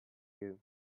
you